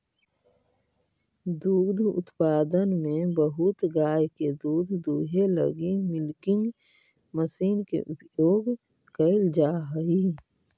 दुग्ध उत्पादन में बहुत गाय के दूध दूहे लगी मिल्किंग मशीन के उपयोग कैल जा हई